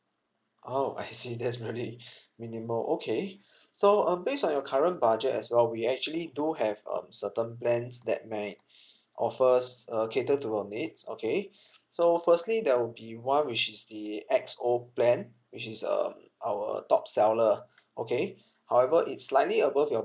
oh I see that's really minimal okay so based on your current budget as well we actually do have um certain plans that might offers uh cater to your needs okay so firstly there will be one which is it the X_O plan which is um our top seller okay however it's slightly above your